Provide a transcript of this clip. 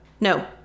no